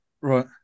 right